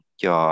cho